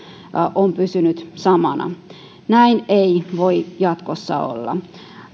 on pysynyt samana näin ei voi jatkossa olla